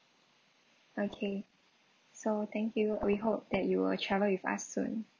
okay so thank you we hope that you will travel with us soon